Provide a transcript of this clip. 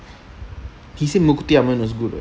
he said mookkuthi amman was good eh